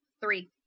Three